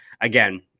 Again